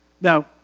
Now